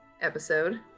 episode